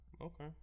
Okay